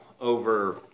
over